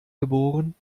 geboren